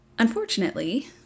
Unfortunately